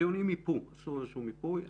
הדיונים עשו איזשהו מיפוי.